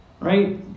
Right